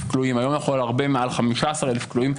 כלואים והיום אנחנו עם הרבה מעל 15 אלף כלואים,